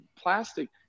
plastic